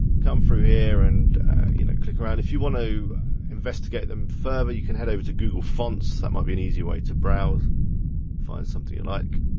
come through here and you know click around. if you want to investigate them further, you can head over to google fonts, that might be an easier way to browse and find something you like.